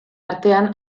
artean